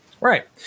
Right